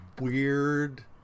weird